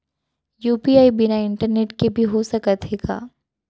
UPI बिना internet के भी हो सकत हे का?